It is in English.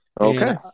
Okay